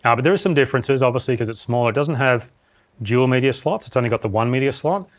um but there is some differences obviously cause it's smaller. it doesn't have dual media slots, it's only got the one media slot.